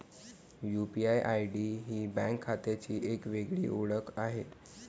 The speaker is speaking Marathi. यू.पी.आय.आय.डी ही बँक खात्याची एक वेगळी ओळख आहे